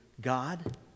God